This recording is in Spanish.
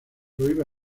prohíbe